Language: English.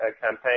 campaign